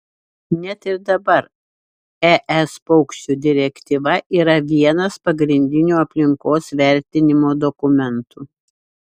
net ir dabar es paukščių direktyva yra vienas pagrindinių aplinkos vertinimo dokumentų